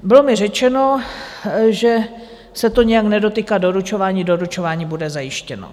Bylo mi řečeno, že se to nijak nedotýká doručování, doručování bude zajištěno.